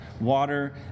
Water